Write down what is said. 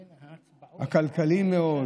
הכלכלי-מאוד,